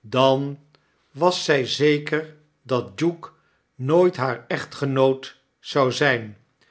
dan was zij zeker dat duke nooit haar echtgenoot zmi zijn